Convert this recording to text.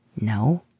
No